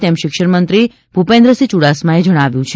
તેમ શિક્ષણમંત્રી ભૂપેન્દ્રસિંહ યુડાસમાએ જણાવ્યું છે